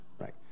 Right